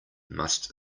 must